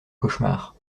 cauchemar